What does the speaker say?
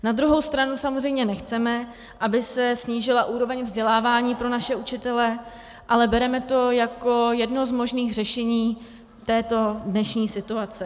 Na druhou stranu samozřejmě nechceme, aby se snížila úroveň vzdělávání pro naše učitele, ale bereme to jako jedno z možných řešení dnešní situace.